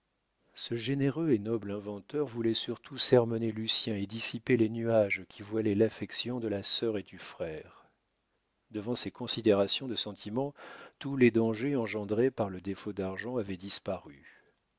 ce généreux et noble inventeur voulait surtout sermonner lucien et dissiper les nuages qui voilaient l'affection de la sœur et du frère devant ces considérations de sentiment tous les dangers engendrés par le défaut d'argent avaient disparu